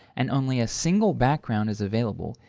and only a single background is available,